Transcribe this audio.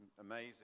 amazing